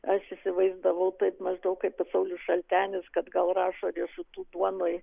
aš įsivaizdavau taip maždaug kaip saulius šaltenis kad gal rašo riešutų duonoj